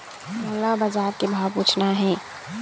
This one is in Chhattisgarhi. मोला बजार के भाव पूछना हे?